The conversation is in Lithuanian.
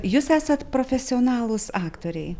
jūs esat profesionalūs aktoriai